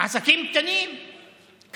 עסקים קטנים קרסו.